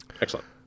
Excellent